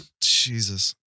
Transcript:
Jesus